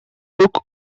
took